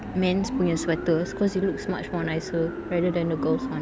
men's punya sweaters cause it looks much more nicer rather than the girl's one